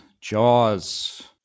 Jaws